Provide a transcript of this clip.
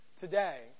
today